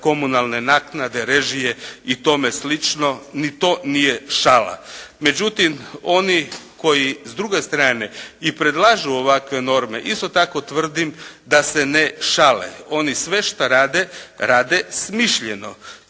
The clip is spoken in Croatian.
komunalne naknade, režije i tome slično ni to nije šala. Međutim oni koji s druge strane i predlažu ovakve norme isto tako tvrdim da se ne šale. Oni sve šta rade rade smišljeno.